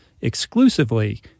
exclusively